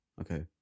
okay